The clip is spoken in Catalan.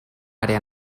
àrea